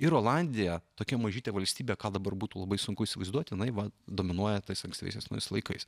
ir olandija tokia mažytė valstybė ką dabar būtų labai sunku įsivaizduoti jinai va dominuoja tais ankstyvaisiais naujaisiais laikais